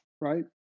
right